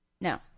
No